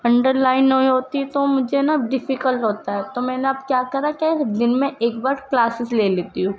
under line نہیں ہوتی تو مجھے نا ڈیفیکل ہوتا ہے تو میں نے اب کیا کرا کہ دن میں ایک بار کلاسز لے لیتی ہوں